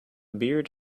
beard